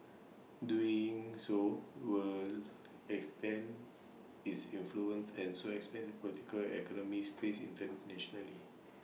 doing so would extend its influence and so expand political economic space internationally